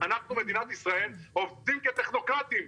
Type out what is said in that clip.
אנחנו מדינת ישראל, עובדים כטכנוקרטים.